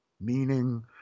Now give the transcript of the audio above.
meaning